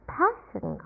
passion